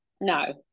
no